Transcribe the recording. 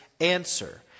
answer